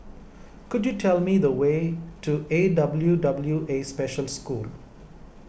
could you tell me the way to A W W A Special School